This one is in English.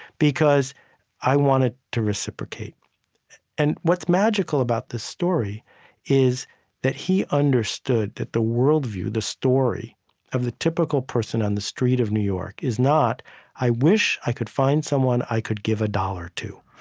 because i wanted to reciprocate and what's magical about this story is that he understood that the worldview, the story of the typical person on the street of new york is not i wish i could find someone i could give a dollar to.